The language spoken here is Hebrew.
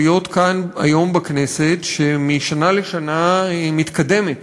להיות היום בכנסת שמשנה לשנה מתקדמת